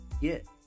get